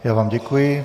Já vám děkuji.